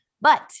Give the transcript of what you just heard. but-